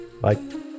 Bye